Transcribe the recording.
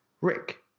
Rick